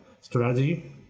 strategy